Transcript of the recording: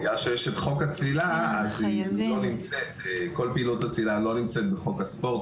בגלל שיש את חוק הצלילה אז כול פעילות הצלילה לא נמצאת בחוק הספורט,